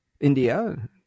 India